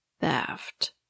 theft